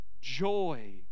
joy